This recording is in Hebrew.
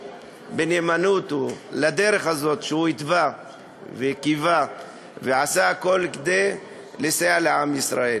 בנאמנות לדרך הזאת שהוא התווה וקיווה ועשה הכול כדי לסייע לעם ישראל.